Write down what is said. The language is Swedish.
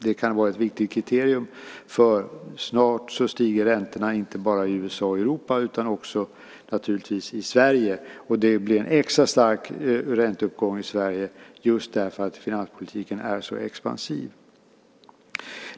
Det kan vara ett viktigt kriterium, för snart stiger räntorna inte bara i USA och i Europa utan naturligtvis också i Sverige, och det blir en extra stark ränteuppgång i Sverige just därför att finanspolitiken är så expansiv.